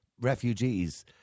refugees